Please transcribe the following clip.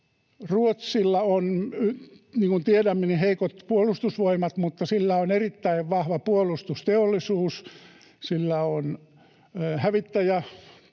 Ruotsilla on, niin kuin tiedämme, heikot puolustusvoimat, mutta sillä on erittäin vahva puolustusteollisuus — sillä on hävittäjätuotantoa,